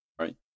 right